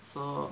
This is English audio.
so